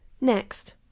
Next